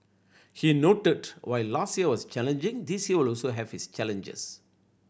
he noted while last year was challenging this year will also have its challenges